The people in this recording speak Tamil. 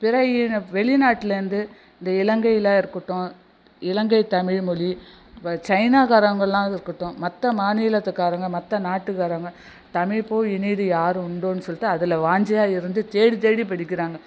பிற இன வெளிநாட்டிலேருந்து இந்த இலங்கையில் இருக்கட்டும் இலங்கை தமிழ்மொழி இப்போ சைனாக்காரங்களாக இருக்கட்டும் மற்ற மாநிலத்துக்காரங்கள் மற்ற நாட்டுக்காரங்கள் தமிழ் போல் இனிது யாரு உண்டோன்னு சொல்லிட்டு அதில் வாஞ்சையாக இருந்து தேடி தேடி படிக்கிறாங்க